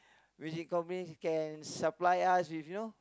which company can supply us with you know